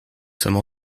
sommes